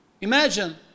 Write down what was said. Imagine